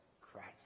Christ